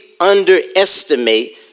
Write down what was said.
underestimate